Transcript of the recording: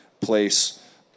place